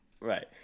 right